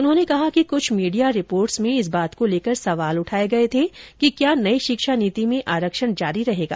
उन्होंने कहा कि कुछ मीडिया रिपोर्ट में इस बात को लेकर सवाल उठाए गए थे कि क्या नई शिक्षा नीति में आरक्षण जारी रहेगा